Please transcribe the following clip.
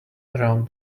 around